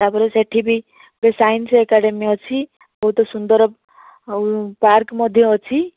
ତାପରେ ସେଠିବି ଯେଉଁ ସାଇନ୍ସ ଏକାଡ଼େମୀ ଅଛି ବହୁତ ସୁନ୍ଦର ଆଉ ପାର୍କ୍ ମଧ୍ୟ ଅଛି